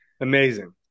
amazing